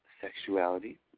sexuality